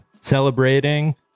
celebrating